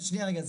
שנייה רגע,